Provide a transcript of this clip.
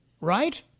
right